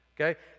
okay